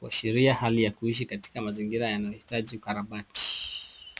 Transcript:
uashiria hali ya kuishi katika mazingira yanayohitaji ukarabati.